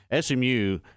SMU